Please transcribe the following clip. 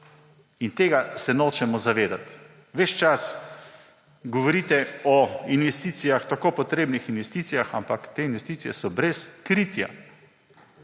In tega se nočemo zavedati. Ves čas govorite o investicijah, tako potrebnih investicijah, ampak te investicije so brez kritja.